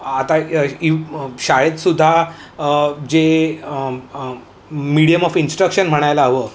आता इव शाळेत सुद्धा जे मिडियम ऑफ इन्स्ट्रक्शन म्हणायला हवं